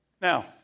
Now